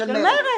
של מרצ.